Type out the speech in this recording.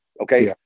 Okay